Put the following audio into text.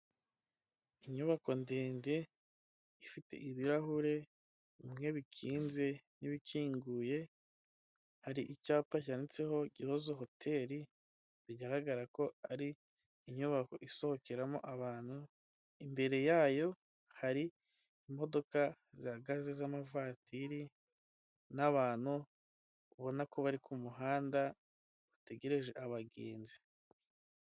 Inyubako ndende ifite ibirahure bimwe bikinze n'ibikinguye, hari icyapa cyanditseho Gihozo Hoteli bigaragara ko ari inyubako isohokeramo abantu, imbere yayo hari imodoka zihagaze z'amavatiri n'abantu ubona ko bari ku muhanda bategereje abagenzi.